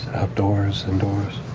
outdoors, indoors?